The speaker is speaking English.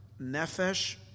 Nefesh